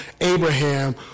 Abraham